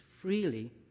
freely